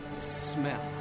smell